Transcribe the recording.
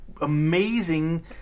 amazing